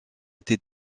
été